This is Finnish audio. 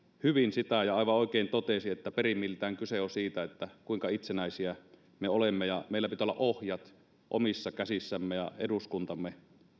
hyvin sitä ja aivan oikein totesi että perimmiltään kyse on siitä kuinka itsenäisiä me olemme ja meillä pitää olla ohjat omissa käsissämme ja eduskuntamme